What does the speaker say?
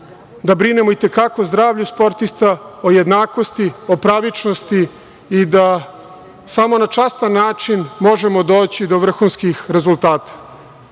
da brinemo i te kako o zdravlju sportista, o jednakosti, o pravičnosti i da samo na častan način možemo doći do vrhunskih rezultata.U